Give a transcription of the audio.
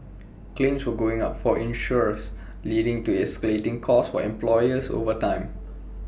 claims were going up for insurers leading to escalating costs for employers over time